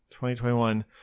2021